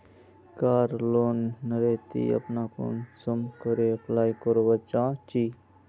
कार loan नेर ती अपना कुंसम करे अप्लाई करवा चाँ चची?